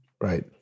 Right